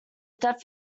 step